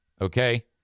Okay